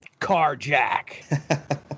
Carjack